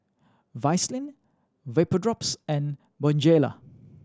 Vaselin Vapodrops and Bonjela